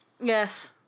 Yes